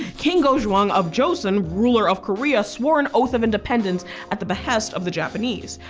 king kojong of joseon, ruler of korea, swore an oath of independence at the behest of the japanese.